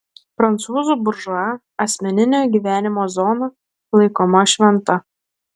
prancūzų buržua asmeninio gyvenimo zona laikoma šventa